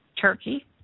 Turkey